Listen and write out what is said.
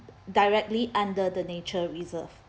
directly under the nature reserve